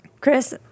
Chris